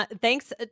Thanks